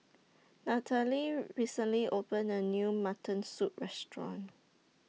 Natalee recently opened A New Mutton Soup Restaurant